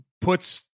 puts